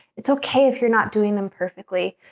it's ok if you're not doing them perfectly,